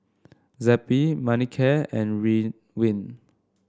Zappy Manicare and Ridwind